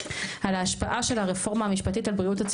על ההשפעה של הרפורמה המשפטית על בריאות